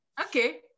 Okay